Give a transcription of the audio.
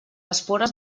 espores